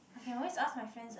I can always ask my friends [what]